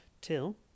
Till